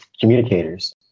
communicators